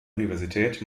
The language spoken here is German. universität